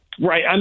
Right